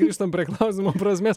grįžtam prie klausimo prasmės